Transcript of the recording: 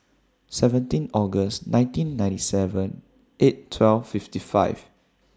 seventeen August nineteen ninety seven eight twelve fifty five